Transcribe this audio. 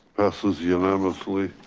passes unanimously.